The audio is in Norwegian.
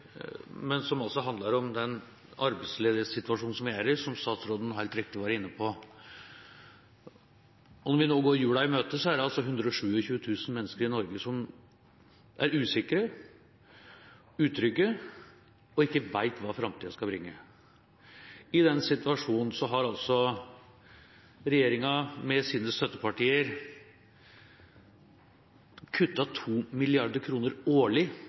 men som handler om arbeidsledighetssituasjonen vi er i, som statsråden helt riktig var inne på. Når vi nå går jula i møte, er det 127 000 mennesker i Norge som er usikre, utrygge og ikke vet hva framtida skal bringe. I den situasjonen har altså regjeringa med sine støttepartier kuttet bortimot 2 mrd. kr årlig